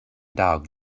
dog